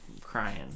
crying